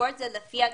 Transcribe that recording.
משכורת לפי התעודות.